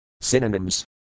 Synonyms